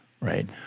right